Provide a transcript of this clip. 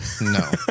No